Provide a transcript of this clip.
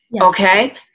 okay